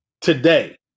today